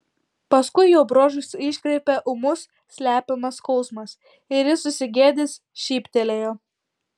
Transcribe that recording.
paskui jo bruožus iškreipė ūmus slepiamas skausmas ir jis susigėdęs šyptelėjo